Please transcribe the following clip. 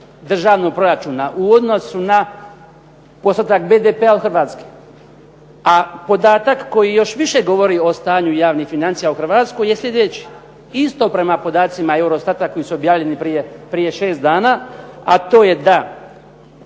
državnog proračuna u odnosu na postotak BDP-a od Hrvatske". A podatak koji još više govori o stanju javnih financija u Hrvatskoj je sljedeći. Isto prema podacima Eurostata koji su objavljeni prije 6 dana, a to je da